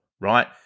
right